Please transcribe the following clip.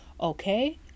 okay